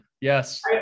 Yes